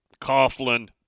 Coughlin